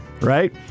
right